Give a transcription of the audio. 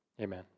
amen